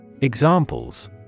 Examples